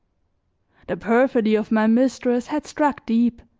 the perfidy of my mistress had struck deep,